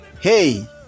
Hey